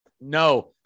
no